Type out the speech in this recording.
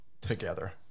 together